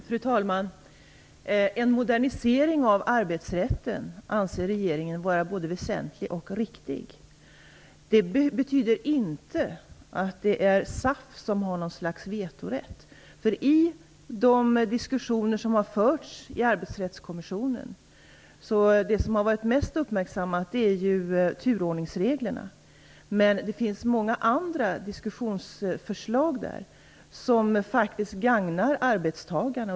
Fru talman! En modernisering av arbetsrätten anser regeringen vara både väsentlig och riktig. Det betyder inte att SAF har någon slags vetorätt. I de diskussioner som har förts i Arbetsrättskommissionen är det turordningsreglerna som har varit mest uppmärksammade. Det finns dock många andra diskussionsförslag som faktiskt gagnar arbetstagarna.